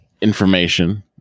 information